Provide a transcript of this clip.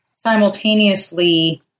simultaneously